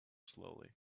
slowly